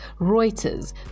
Reuters